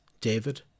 David